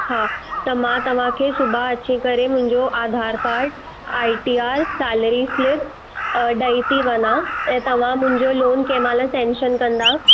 हा त मां तव्हांखे सुबुहु अची करे मुंहिंजो Aadhaar card ITR salary slip ॾई थी वञां ऐं तव्हां मुंहिंजो लोन कंहिं महिल सेंशन कंदा